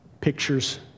pictures